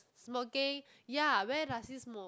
smoking ya where does he smoke